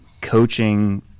coaching